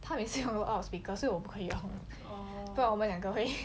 他每次用 out of speakers 所以我不可以 ah 不然我们两个会